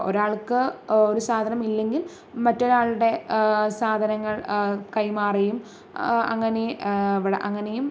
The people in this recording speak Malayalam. ഒരാൾക്ക് ഒരു സാധനം ഇല്ലെങ്കിൽ മറ്റൊരാളുടെ സാധനങ്ങൾ കൈമാറിയും അങ്ങനെ ഇവിടെ അങ്ങനെയും